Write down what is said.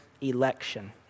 election